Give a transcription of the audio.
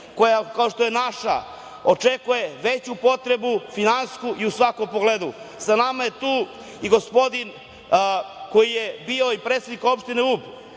kao što je naša, očekuju veću potrebu, finansijsku i u svakom pogledu. Sa nama je tu i gospodin koji je bio i predsednik opštine Ub.